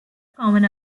common